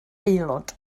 aelod